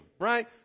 right